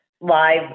Live